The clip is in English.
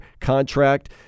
contract